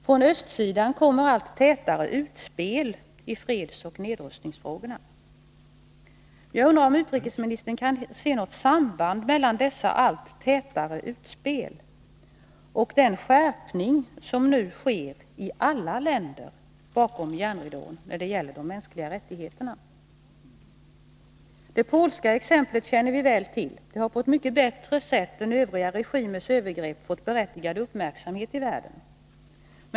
Från östsidan kommer allt tätare ”utspel” i fredsoch nedrustningsfrågorna. Jag undrar om utrikesministern kan se något samband mellan dessa allt tätare ”utspel” och den skärpning som nu sker i alla länder bakom järnridån när det gäller de mänskliga rättigheterna? Det polska exemplet känner vi väl till. Det har på ett mycket bättre sätt än Övriga regimers övergrepp fått berättigad uppmärksamhet i världen.